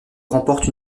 remporte